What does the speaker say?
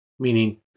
Meaning